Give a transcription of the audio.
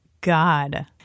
God